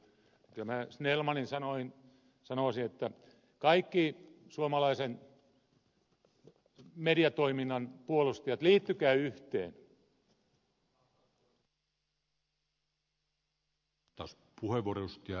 kyllä minä snellmanin sanoin sanoisin että kaikki suomalaisen mediatoiminnan puolustajat liittykää yhteen